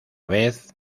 vez